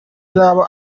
raba